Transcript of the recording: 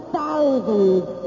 thousands